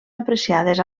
apreciades